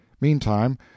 meantime